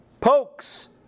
pokes